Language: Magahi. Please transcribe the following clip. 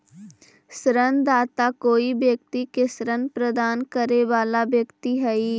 ऋणदाता कोई व्यक्ति के ऋण प्रदान करे वाला व्यक्ति हइ